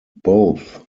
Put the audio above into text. both